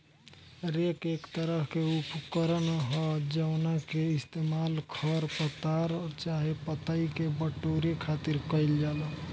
rake एक तरह के उपकरण ह जावना के इस्तेमाल खर पतवार चाहे पतई के बटोरे खातिर कईल जाला